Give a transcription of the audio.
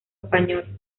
español